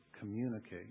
communicate